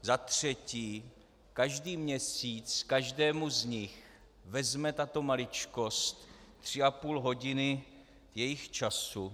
Za třetí, každý měsíc každému z nich vezme tato maličkost 3,5 hodiny jejich času.